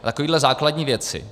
Takové základní věci.